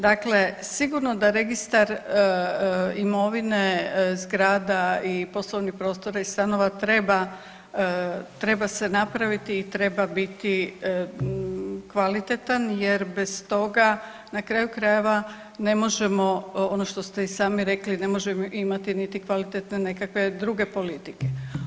Dakle, sigurno da registar imovine zgrada i poslovnih prostora i stanova treba, treba se napraviti i treba biti kvalitetan jer bez toga na kraju krajeva ne možemo ono što ste i sami rekli ne možemo imati niti kvalitetne nekakve druge politike.